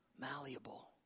malleable